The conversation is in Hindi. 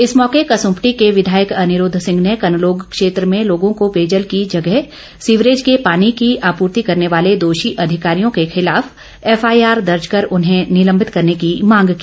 इस मौके कसुम्पटी के विधायक अनिरूद्व सिंह ने कलनोग क्षेत्र में लोगों को पेयजल की जगह सीवरेज के पानी की आपूर्ति करने वाले दोषी अधिकारियों के खिलाफ एफआईआर दर्ज कर उन्हें निलंबित करने की मांग की